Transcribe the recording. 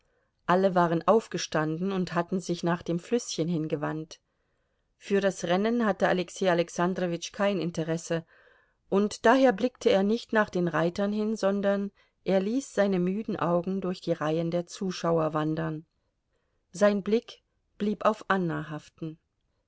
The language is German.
alle waren aufgestanden und hatten sich nach dem flüßchen hingewandt für das rennen hatte alexei alexandrowitsch kein interesse und daher blickte er nicht nach den reitern hin sondern er ließ seine müden augen durch die reihen der zuschauer wandern sein blick blieb auf anna haften